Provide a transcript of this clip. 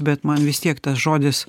bet man vis tiek tas žodis